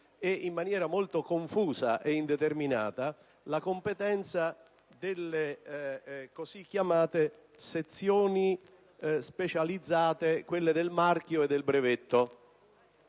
in maniera molto estesa, confusa e indeterminata la competenza delle così chiamate sezioni specializzate del marchio e del brevetto